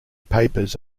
papers